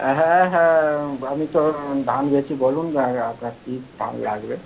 হ্যাঁ হ্যাঁ আমি তো ধান বেচি বলুন আপনার কী ধান লাগবে